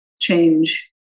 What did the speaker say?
change